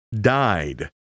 died